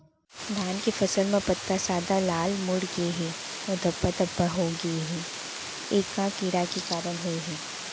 धान के फसल म पत्ता सादा, लाल, मुड़ गे हे अऊ धब्बा धब्बा होगे हे, ए का कीड़ा के कारण होय हे?